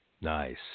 Nice